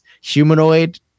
humanoid